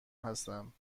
هستم